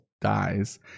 dies